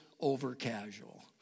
over-casual